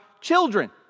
children